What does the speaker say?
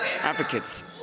advocates